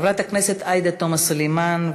חברת הכנסת עאידה תומא סלימאן,